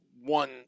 one